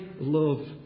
love